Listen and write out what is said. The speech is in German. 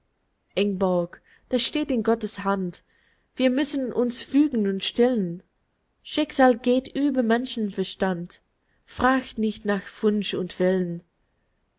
das steht in gottes hand wir müssen uns fügen und still'n schicksal geht über menschenverstand fragt nicht nach wunsch und will'n